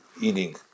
eating